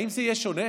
האם זה יהיה שונה,